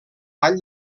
vall